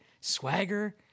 Swagger